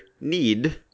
need